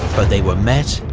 but they were met,